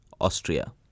Austria